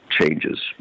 changes